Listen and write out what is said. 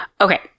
okay